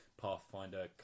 Pathfinder